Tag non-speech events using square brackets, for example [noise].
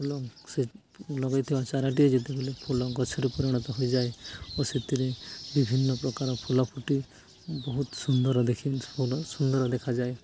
ଫୁଲ ସେ ଲଗେଇଥିବା ଚାରାଟିଏ ଯେତେବେଲେ ଫୁଲ ଗଛରେ ପରିଣତ ହୋଇଯାଏ ଓ ସେଥିରେ ବିଭିନ୍ନ ପ୍ରକାର ଫୁଲ ଫୁଟି ବହୁତ ସୁନ୍ଦର ଦେଖି [unintelligible] ସୁନ୍ଦର ଦେଖାଯାଏ